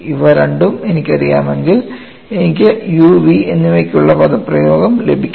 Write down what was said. ഇവ രണ്ടും എനിക്കറിയാമെങ്കിൽ എനിക്ക് u v എന്നിവയ്ക്കുള്ള പദപ്രയോഗം ലഭിക്കും